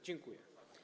Dziękuję.